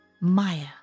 Maya